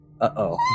Uh-oh